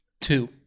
Two